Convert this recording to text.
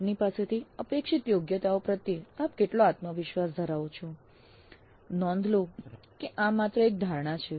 આપની પાસેથી અપેક્ષિત યોગ્યતાઓ પ્રત્યે આપ કેટલો આત્મવિશ્વાસ ધરાવો છો નોંધ લો કે આ માત્ર એક ધારણા છે